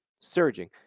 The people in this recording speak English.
surging